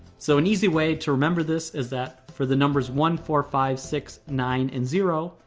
so an easy way to remember this is that for the numbers one, four, five, six, nine, and zero,